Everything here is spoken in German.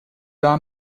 war